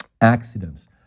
accidents